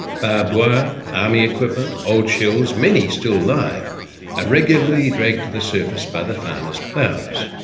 barbed wire, army equipment, old shells many still live are regularly dragged to the surface by the farmers' ploughs.